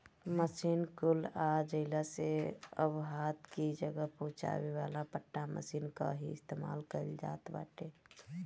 machine कुल आ जइला से अब हाथ कि जगह पहुंचावे वाला पट्टा मशीन कअ ही इस्तेमाल कइल जात बाटे